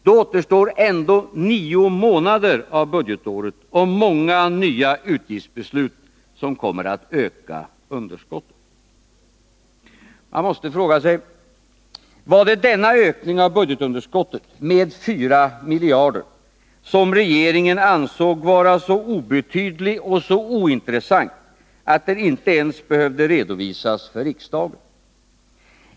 Då återstår ändå 9 månader av budgetåret och många nya utgiftsbeslut, som kommer att öka underskottet. Man måste fråga sig: Var det denna ökning av budgetunderskottet med 4 miljarder som regeringen ansåg vara så obetydlig och ointressant att den inte ens behövde redovisas för riksdagen?